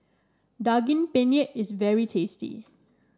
Daging Penyet is very tasty